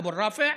אבו רפא,